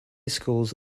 schools